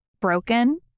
broken